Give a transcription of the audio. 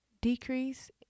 decrease